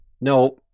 no